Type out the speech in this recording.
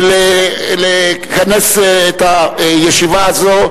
לכנס את הישיבה הזאת,